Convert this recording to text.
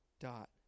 dot